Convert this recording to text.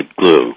glue